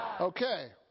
Okay